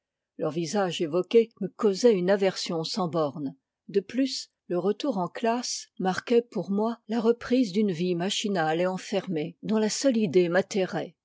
leur visage évoqué me causait une aversion sans borne de plus le retour en classe marquait pour moi la reprise d'une vie machinale et enfermée dont la seule idée